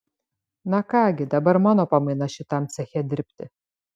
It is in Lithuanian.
na ką gi dabar mano pamaina šitam ceche dirbti